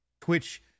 Twitch